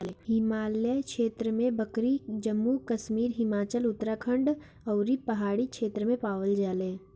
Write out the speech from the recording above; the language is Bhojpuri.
हिमालय क्षेत्र में बकरी जम्मू कश्मीर, हिमाचल, उत्तराखंड अउरी पहाड़ी क्षेत्र में पावल जाले